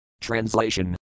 Translation